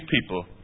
people